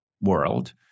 world